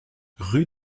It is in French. rue